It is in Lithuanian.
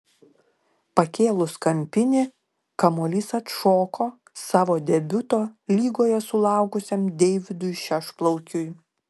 pakėlus kampinį kamuolys atšoko savo debiuto lygoje sulaukusiam deividui šešplaukiui